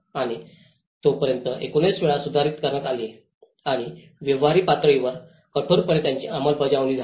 आणि तोपर्यंत 19 वेळा सुधारित करण्यात आले आणि व्यावहारिक पातळीवर कठोरपणे त्याची अंमलबजावणी झाली